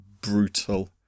brutal